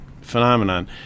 phenomenon